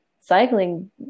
cycling